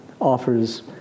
offers